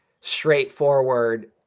straightforward